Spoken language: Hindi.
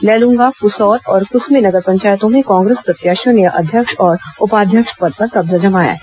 लैलूंगा पुसौर और कुसमी नगर पंचायतों में कांग्रेस प्रत्याशियों ने अध्यक्ष और उपाध्यक्ष पद पर कब्जा जमाया है